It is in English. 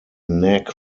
knack